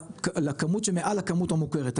לכמות שמעל לכמות המוכרת,